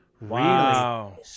Wow